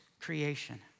Creation